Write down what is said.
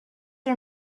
are